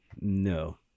No